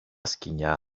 σκοινιά